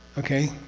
okay?